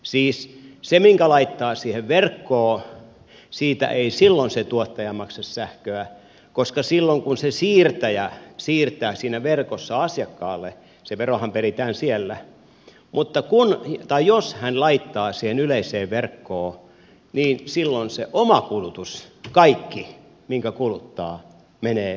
siis siitä minkä laittaa siihen verkkoon ei silloin se tuottaja maksa veroa koska silloin kun se siirtäjä siirtää siinä verkossa asiakkaalle se verohan peritään siellä mutta jos hän laittaa siihen yleiseen verkkoon niin silloin kaikki se oma kulutus minkä kuluttaa menee veron alle